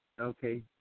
Okay